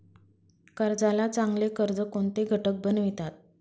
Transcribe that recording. कर्जाला चांगले कर्ज कोणते घटक बनवितात?